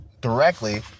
directly